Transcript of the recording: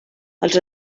els